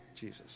Jesus